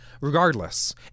Regardless